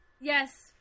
Yes